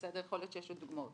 ויכול להיות שיש לי דוגמאות.